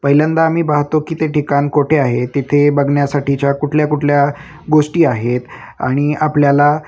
पहिल्यांदा आम्ही पाहतो की ते ठिकाण कोठे आहे तिथे बघण्यासाठीच्या कुठल्या कुठल्या गोष्टी आहेत आणि आपल्याला